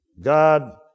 God